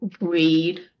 read